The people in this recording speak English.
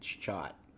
shot